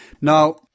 Now